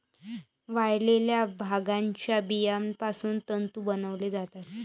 वाळलेल्या भांगाच्या बियापासून तंतू बनवले जातात